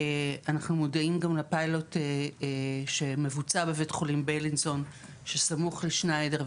אנחנו מודעים גם לפיילוט שמבוצע בבית חולים בלינסון שסמוך לשניידר.